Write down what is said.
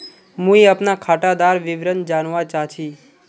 मुई अपना खातादार विवरण जानवा चाहची?